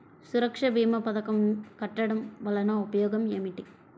సురక్ష భీమా పథకం కట్టడం వలన ఉపయోగం ఏమిటి?